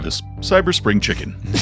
cyber-spring-chicken